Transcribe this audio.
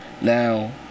now